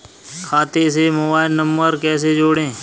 खाते से mobile number कैसे जोड़ें?